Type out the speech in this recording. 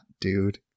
dude